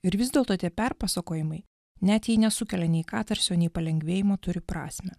ir vis dėlto tie perpasakojimai net nesukelia nei katarsio nei palengvėjimo turi prasmę